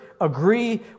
agree